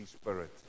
spirit